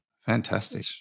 Fantastic